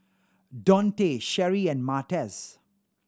Donte Sherri and Martez